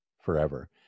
forever